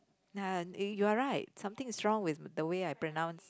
ya you're right something is wrong with the way I pronounce